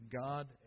God